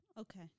Okay